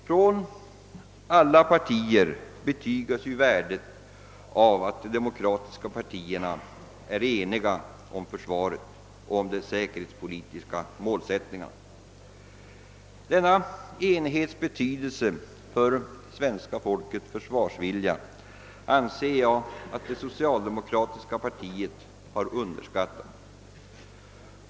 Från alla partier betygas ju värdet av att de demokratiska partierna är eniga om försvaret och om de säkerhetspolitiska målsättningarna. Denna enighets betydelse för svenska folkets försvarsvilja anser jag att det socialdemokratiska partiet har underskattat.